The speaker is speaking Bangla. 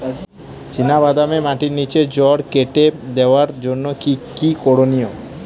চিনা বাদামে মাটির নিচে জড় কেটে দেওয়ার জন্য কি কী করনীয়?